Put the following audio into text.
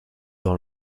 dans